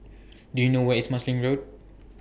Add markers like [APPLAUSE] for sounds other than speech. [NOISE] Do YOU know Where IS Marsiling Road